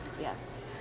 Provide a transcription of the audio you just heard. Yes